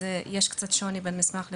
אז יש קצת שוני בין המסמך למצגת.